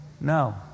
No